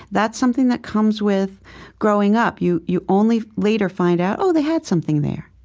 that's something that comes with growing up. you you only later find out, oh, they had something there.